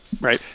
right